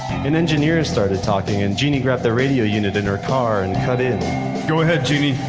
an engineer started talking and jeannie grabbed the radio unit in her car and cut in go ahead, genie.